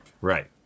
Right